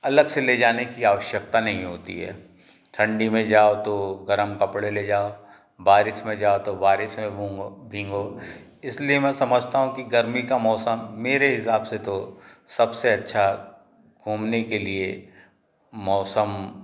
अलग से ले जाने की आवश्यकता नहीं होती है ठंडी में जाओ तो गरम कपड़े ले जाओ बारिश में जाओ तो बारिश में घूमो भीगो इसलिए मैं समझता हूँ कि गर्मी का मौसम मेरे हिसाब से तो सबसे अच्छा घूमने के लिए मौसम